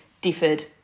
differed